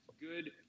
good